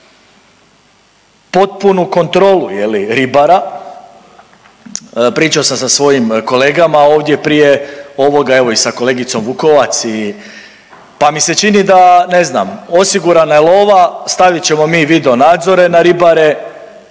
potpunu kontrolu ribara. Pričao sam sa svojim kolegama ovdje prije ovoga i sa kolegicom Vukovac pa mi se čini da ne znam osigurana je lova, stavit ćemo video nadzore na ribare,